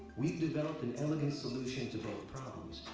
we've developed an elegant solution to both problems,